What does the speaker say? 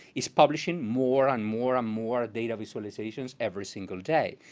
is publishing more and more and more data visualizations every single day.